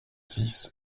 six